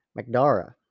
McDara